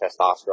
testosterone